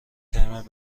ترم